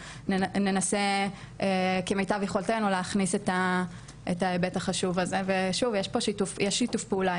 ננסה כמיטב יכולתנו להכניס את ההיבט החשוב הזה ושוב יש שיתוף פעולה,